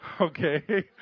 Okay